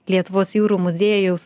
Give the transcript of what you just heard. lietuvos jūrų muziejaus